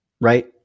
right